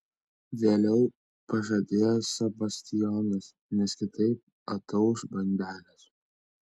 vėliau pažadėjo sebastijonas nes kitaip atauš bandelės